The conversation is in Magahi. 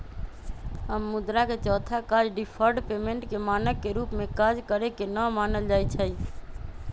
अब मुद्रा के चौथा काज डिफर्ड पेमेंट के मानक के रूप में काज करेके न मानल जाइ छइ